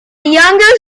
younger